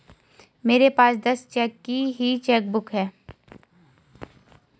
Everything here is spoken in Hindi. मेरे पास दस चेक की ही चेकबुक है